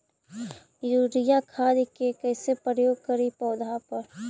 Urea खाद के कैसे प्रयोग करि पौधा पर?